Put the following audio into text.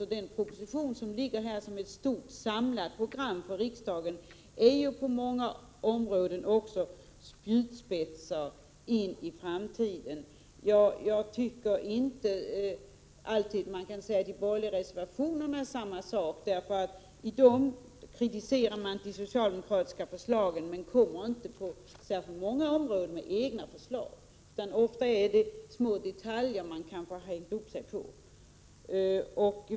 Och den proposition som nu ligger på riksdagens bord och som innehåller ett stort samlat program innebär på många områden spjutspetsar in i framtiden. Jag tycker inte att man alltid kan säga samma sak om de borgerliga reservationerna, eftersom man i dessa kritiserar de socialdemokratiska förslagen men inte kommer med några egna förslag på särskilt många områden. Ofta har man i de borgerliga reservationerna hängt upp sig på små detaljer.